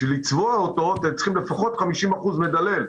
כדי לצבוע אותו אתם צריכים לפחות 50% מדלל.